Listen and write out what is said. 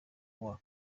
kuwa